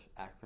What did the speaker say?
acronym